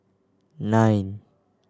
nine